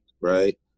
right